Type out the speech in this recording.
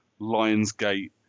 Lionsgate